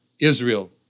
Israel